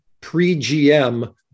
Pre-GM